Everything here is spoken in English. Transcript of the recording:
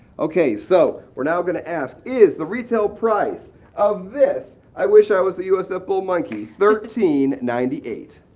okay, so we're now going to ask, is the retail price of this i wish i was a usf bull monkey, thirteen dollars. ninety eight?